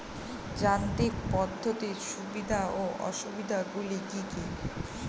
যান্ত্রিক পদ্ধতির সুবিধা ও অসুবিধা গুলি কি কি?